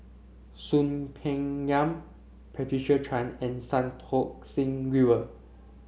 Soon Peng Yam Patricia Chan and Santokh Singh Grewal